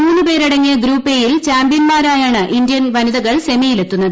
മൂന്ന് പേരടങ്ങിയ group A യിൽ ചാമ്പ്യൻമാരായാണ് ഇന്ത്യൻ വനിതകൾ സെമിയിൽ എത്തുന്നത്